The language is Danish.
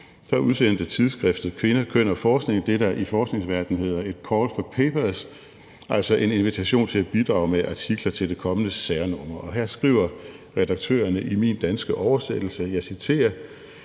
udsendte tidsskriftet Kvinder, Køn & Forskning det, der i forskningsverdenen hedder et call for papers, altså en invitation til at bidrage med artikler til det kommende særnummer, og her skriver redaktørerne i min danske oversættelse – og jeg citerer: